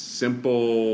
simple